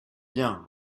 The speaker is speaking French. bien